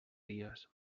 dies